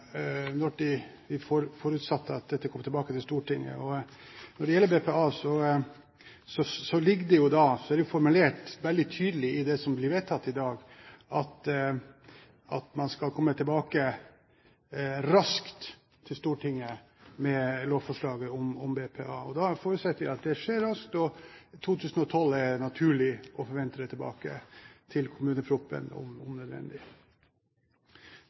når vi forutsatte at dette kom tilbake til Stortinget. Når det gjelder BPA, er det jo formulert veldig tydelig i det som blir vedtatt i dag, at man skal komme raskt tilbake til Stortinget med lovforslaget om BPA. Da forutsetter vi at det skjer raskt, og 2012 er naturlig å forvente det tilbake, til kommuneproposisjonen om nødvendig.